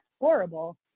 horrible